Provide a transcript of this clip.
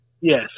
Yes